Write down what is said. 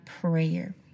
prayer